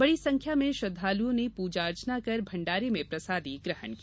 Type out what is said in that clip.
बड़ी संख्या में श्रद्वालुओं ने पूजा अर्चना कर भण्डारे में प्रसादी ग्रहण की